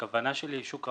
הכוונה של שוק ההון,